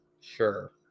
sure